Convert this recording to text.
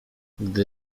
gdy